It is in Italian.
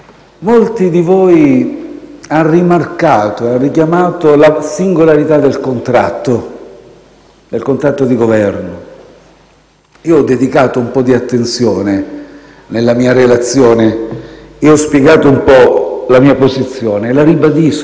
di voi hanno rimarcato e richiamato la singolarità del contratto di Governo. Io ho dedicato un po' di attenzione nella mia relazione, ho spiegato un po' la mia posizione, e la ribadisco: